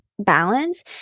Balance